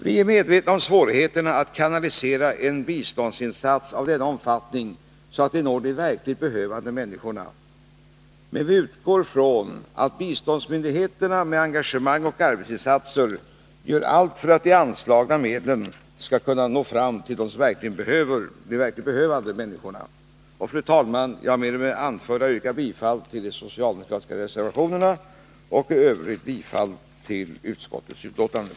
Vi är medvetna om svårigheterna att kanalisera en biståndsinsats av denna omfattning så att den når de verkligt behövande människorna. Vi utgår emellertid från att biståndsmyndigheterna med engagemang och arbetsinsatser gör allt för att de anslagna medlen kommer att nå fram till de verkligt behövande människorna. Fru talman! Med det anförda yrkar jag bifall till de socialdemokratiska reservationerna och i övrigt bifall till utskottets hemställan.